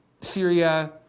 Syria